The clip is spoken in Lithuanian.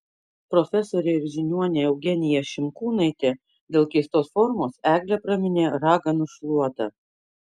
profesorė ir žiniuonė eugenija šimkūnaitė dėl keistos formos eglę praminė raganų šluota